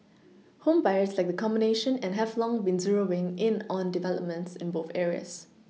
home buyers like the combination and have long been zeroing in on developments in both areas